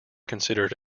considered